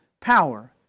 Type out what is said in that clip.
power